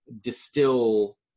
distill